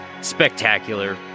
spectacular